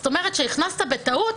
זאת אומרת, שאם הכנסת בטעות